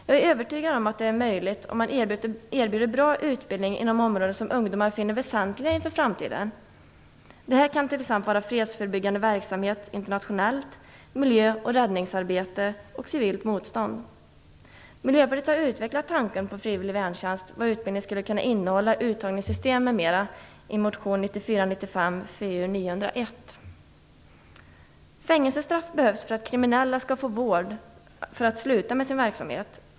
Jag är övertygad om att det här är möjligt om man erbjuder en bra utbildning inom områden som ungdomar finner väsentliga inför framtiden. Det kan t.ex. vara fråga om fredlig förebyggande verksamhet internationellt, miljö och räddningsarbete och civilt motstånd. Fängelsestraff behövs för att kriminella skall få vård för att sluta med sin verksamhet.